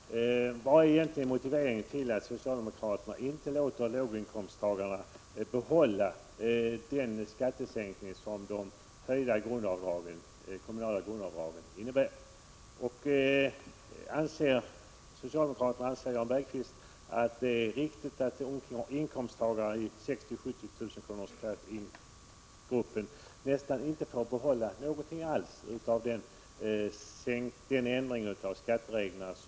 Herr talman! Vilken är egentligen motiveringen till att socialdemokraterna inte låter den skattesänkning för låginkomsttagarna fortsätta att gälla som de kommunala grundavdragen innebär? Anser socialdemokraterna och Jan Bergqvist att det är riktigt att de inkomsttagare som tillhör den grupp som tjänar 60 000-70 000 kr. nästan inte får behålla någonting alls när det gäller den aktuella ändringen av skatteskalorna?